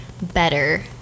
better